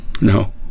no